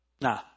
Nah